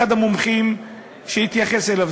שאחד המומחים התייחס אליו,